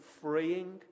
freeing